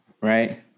right